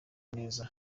neza